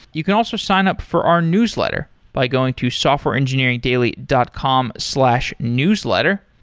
you can also sign up for our newsletter by going to softwareengineeringdaily dot com slash newsletter.